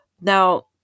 Now